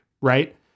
right